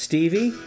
Stevie